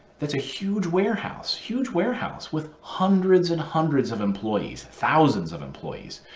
it's a huge warehouse, huge warehouse with hundreds and hundreds of employees, thousands of employees.